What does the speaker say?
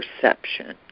perception